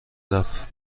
رفت